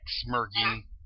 smirking